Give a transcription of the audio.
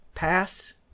Pass